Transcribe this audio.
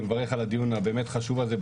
ומברך על הדיון הבאמת חשוב הזה,